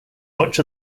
much